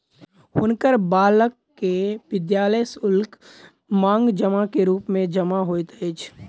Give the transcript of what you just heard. हुनकर बालक के विद्यालय शुल्क, मांग जमा के रूप मे जमा होइत अछि